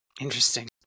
Interesting